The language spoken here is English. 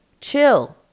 Chill